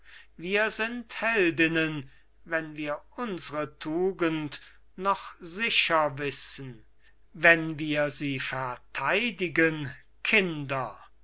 wir sind heldinnen wenn wir unsre tugend noch sicher wissen wenn wir sie verteidigen kinder